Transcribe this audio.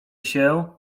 się